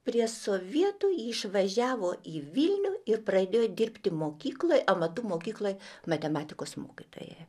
prie sovietų išvažiavo į vilnių ir pradėjo dirbti mokykloj amatų mokykloj matematikos mokytoja